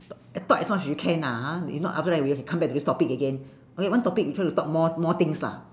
t~ talk as much as you can ah ha if not after that we have to come back to this topic again okay one topic we try to talk more more things lah